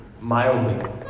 mildly